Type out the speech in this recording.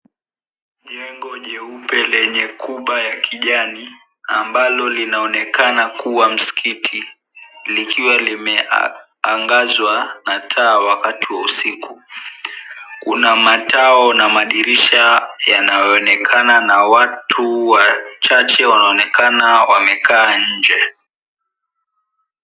Jengo jeupe lenye kuba la kijani ambalo linaonekana kuwa msikiti likiwa limeangazwa na taa wakati wa usiku kuna mataa na madirisha yanayoonekana na watu wachache wanaonekana wamekaa nje.